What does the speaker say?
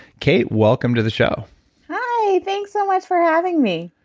kate, welcome to the show hi, thanks so much for having me